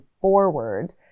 forward